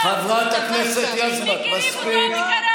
חברת הכנסת יזבק, מספיק.